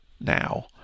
now